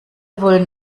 wollen